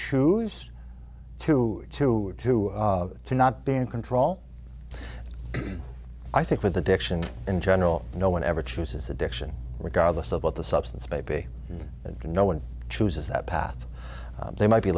choose to to to to not be in control i think with addiction in general no one ever chooses addiction regardless of what the substance maybe no one chooses that path they might be